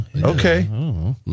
okay